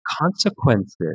consequences